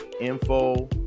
info